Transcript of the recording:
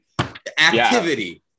Activity